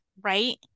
right